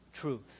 truth